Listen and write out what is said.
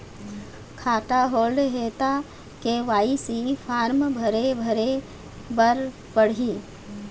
खाता होल्ड हे ता के.वाई.सी फार्म भरे भरे बर पड़ही?